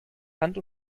hand